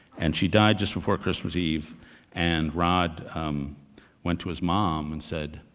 and she died just before christmas eve and rod went to his mom and said,